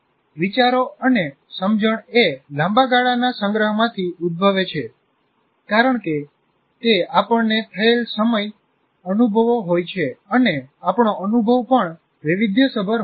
વિચારો અને સમજણએ લાંબા ગાળાના સંગ્રહમાંથી ઉદ્ધભવે છે કારણ કે તે આપણને થયેલ સમય સમય અનુભવો હોય છે અને આપણો અનુભવ પણ વૈવિધ્યસભર હોય છે